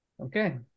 okay